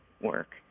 work